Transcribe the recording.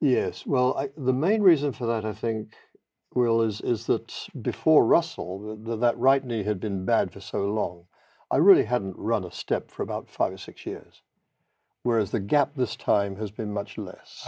yes well the main reason for that i think will is that before russell the right knee had been bad for so long i really hadn't run a step for about five or six years whereas the gap this time has been much less